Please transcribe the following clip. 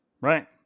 Right